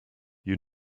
you